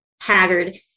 haggard